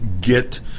get